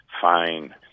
fine